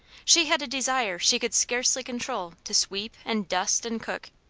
she had a desire she could scarcely control to sweep, and dust, and cook.